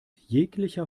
jeglicher